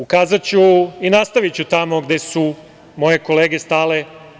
Ukazaću i nastaviću tamo gde su moje kolege stale.